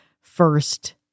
first